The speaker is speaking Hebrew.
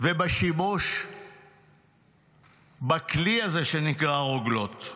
בשימוש בכלי הזה שנקרא רוגלות.